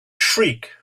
shriek